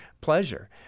pleasure